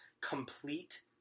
complete